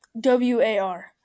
W-A-R